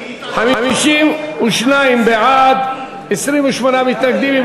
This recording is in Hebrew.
52 בעד, 28 מתנגדים.